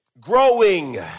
growing